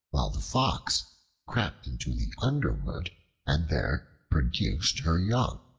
while the fox crept into the underwood and there produced her young.